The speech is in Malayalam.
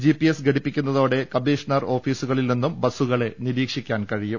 ജിപിഎസ് ഘടിപ്പിക്കുന്നതോടെ കമ്മീഷണർ ഓഫീസുകളിൽ നിന്നും ബസ്സുകളെ നിരീക്ഷിക്കാൻ കഴിയും